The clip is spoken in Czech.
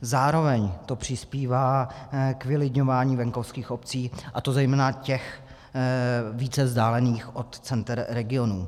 Zároveň to přispívá k vylidňování venkovských obcí, a to zejména těch více vzdálených od center regionů.